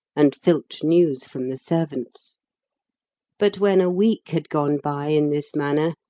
and filch news from the servants but when a week had gone by in this manner,